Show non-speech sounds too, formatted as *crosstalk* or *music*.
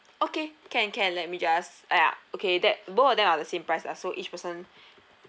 okay can can let me just uh ya okay that both of them are the same price ah so each person *breath*